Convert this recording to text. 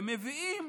ומביאים